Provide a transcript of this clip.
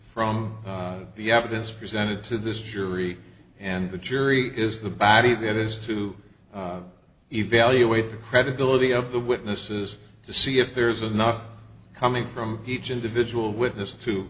from the evidence presented to this jury and the jury is the body that has to evaluate the credibility of the witnesses to see if there's enough coming from each individual witness to